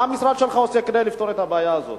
מה המשרד שלך עושה כדי לפתור את הבעיה הזו?